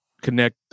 connect